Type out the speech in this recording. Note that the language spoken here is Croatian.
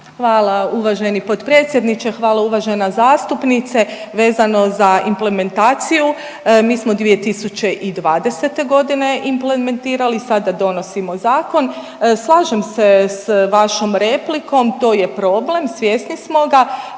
Hvala uvaženi potpredsjedniče, hvala uvažena zastupnice. Vezano za implementaciju, mi smo 2020 godine implementirali. Sada donosimo zakon. Slažem se sa vašom replikom to je problem, svjesni smo ga.